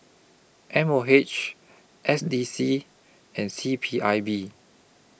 M O H S D C and C P I B